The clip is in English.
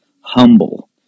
humble